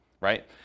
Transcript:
right